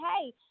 hey